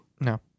No